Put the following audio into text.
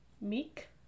Meek